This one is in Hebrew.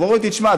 ואומרים לי: תשמע,